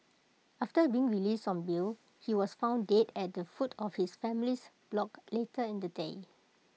after being released on bail he was found dead at the foot of his family's block later in the day